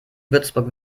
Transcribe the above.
würzburg